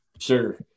Sure